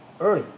early